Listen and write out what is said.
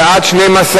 בעד, 12,